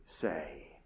say